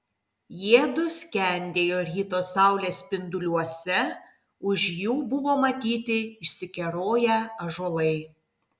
jiedu skendėjo ryto saulės spinduliuose už jų buvo matyti išsikeroję ąžuolai